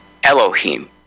Elohim